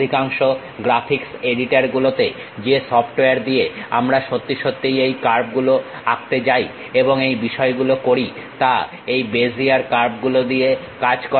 অধিকাংশ graphics editor গুলোতে যে সফটওয়্যার দিয়ে আমরা সত্যি সত্যিই এই কার্ভগুলো আঁকতে যাই এবং এই বিষয়গুলো করি তা এই বেজিয়ার কার্ভগুলো দিয়ে কাজ করে